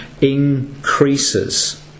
increases